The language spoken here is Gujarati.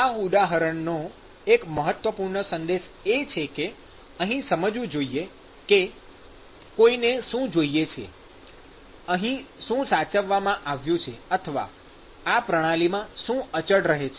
આ ઉદાહરણનો એક મહત્વપૂર્ણ સંદેશ એ છે કે અહીં સમજવું જોઈએ કે કોઈને શું જોઈએ છે અહીં શું સાચવવામાં આવ્યું છે અથવા આ પ્રણાલીમાં શું અચળ રહે છે